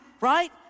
right